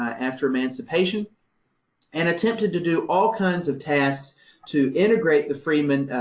ah after emancipation and attempted to do all kinds of tasks to integrate the freedmen,